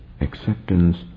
acceptance